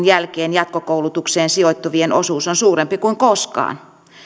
jälkeen jatkokoulutukseen sijoittuvien osuus on suurempi kuin koskaan